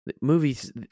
movies